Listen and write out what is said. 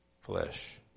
flesh